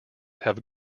have